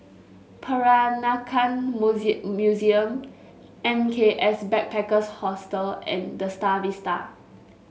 Peranakan Museum M K S Backpackers Hostel and The Star Vista